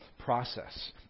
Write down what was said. Process